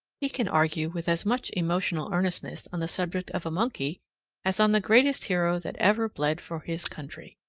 he can argue with as much emotional earnestness on the subject of a monkey as on the greatest hero that ever bled for his country.